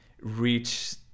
reach